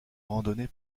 randonnée